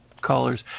callers